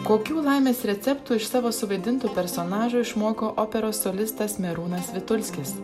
kokių laimės receptų iš savo suvaidintų personažų išmoko operos solistas merūnas vitulskis